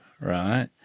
right